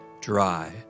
Dry